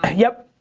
yep.